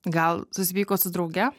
gal susipykot su drauge